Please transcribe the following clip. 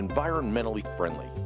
environmentally friendly